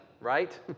right